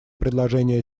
предложения